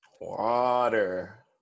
water